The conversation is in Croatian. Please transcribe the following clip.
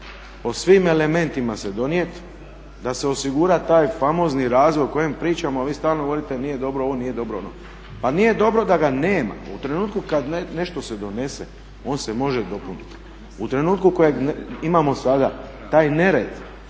o svim elementima se donijeti, da se osigura taj famozni razvoj o kojem pričamo a vi stalno govorite nije dobro ovo, nije dobro ono. Pa nije dobro da ga nema. U trenutku kada nešto se donese on se može dopuniti. U trenutku kojeg imamo sada taj nered